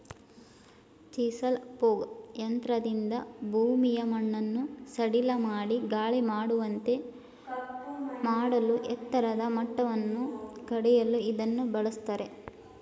chisel plough ಯಂತ್ರದಿಂದ ಭೂಮಿಯ ಮಣ್ಣನ್ನು ಸಡಿಲಮಾಡಿ ಗಾಳಿಯಾಡುವಂತೆ ಮಾಡಲೂ ಎತ್ತರದ ಮಟ್ಟವನ್ನು ಕಡಿಯಲು ಇದನ್ನು ಬಳ್ಸತ್ತರೆ